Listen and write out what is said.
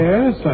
Yes